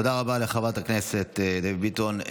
תודה רבה לחברת הכנסת דבי ביטון.